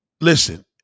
Listen